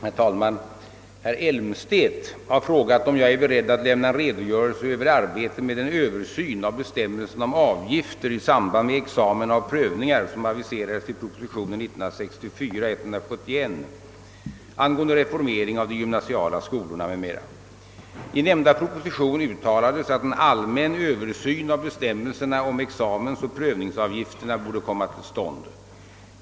Herr talman! Herr Elmstedt har frågat om jag är beredd att lämna en redogörelse över arbetet med den översyn av bestämmelserna om avgifter i samband med examina och prövningar som aviserades i proposition 1964:171 an I nämnda proposition uttalades att en allmän översyn av bestämmelserna om examensoch prövningsavgifterna borde komma till stånd.